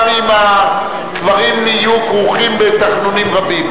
אם הדברים יהיו כרוכים בתחנונים רבים.